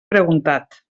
preguntat